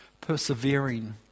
persevering